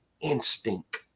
instinct